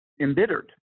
embittered